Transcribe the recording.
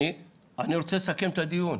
אני רוצה לסכם את הדיון.